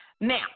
Now